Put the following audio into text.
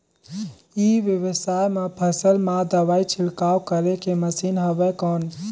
ई व्यवसाय म फसल मा दवाई छिड़काव करे के मशीन हवय कौन?